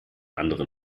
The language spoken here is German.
anderen